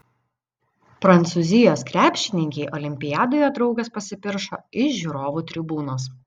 prancūzijos krepšininkei olimpiadoje draugas pasipiršo iš žiūrovų tribūnos